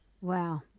Wow